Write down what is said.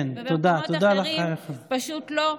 ובמקומות אחרים פשוט לא.